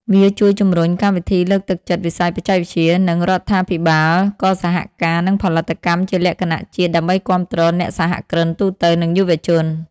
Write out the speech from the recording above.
វាជួយជំរុញកម្មវិធីលើកទឹកចិត្តវិស័យបច្ចេកវិទ្យា និង រដ្ឋាភិបាលក៏សហការ និងផលិតកម្មជាលក្ខណៈជាតិដើម្បីគាំទ្រអ្នកសហគ្រិនទូទៅ និងយុវជន។